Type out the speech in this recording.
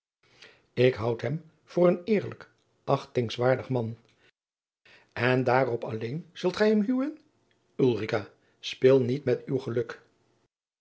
ik houd hem voor een eerlijk achtingswaardig man en daarop alleen zult gij hem huwen ulrica speel niet met uw geluk